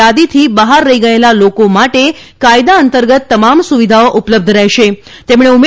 થાદીથી બહાર રહી ગયેલા લોકો માટે કાયદા અંતર્ગત તમામ સુવિધાઓ ઉપલબ્ધ રહેશેતેમણે ઉમ